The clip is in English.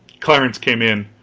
clarence came in,